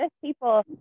people